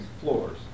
floors